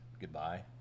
goodbye